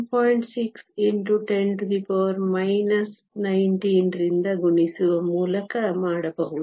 6 x 10 19 ರಿಂದ ಗುಣಿಸುವ ಮೂಲಕ ಮಾಡಬಹುದು